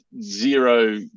zero